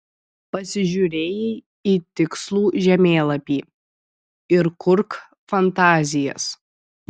pasižiūrėjai į tikslų žemėlapį ir kurk fantazijas